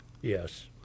yes